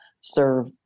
serve